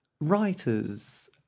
writers